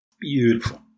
Beautiful